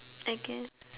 I guess